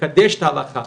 ולקדש את ההלכה